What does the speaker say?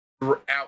throughout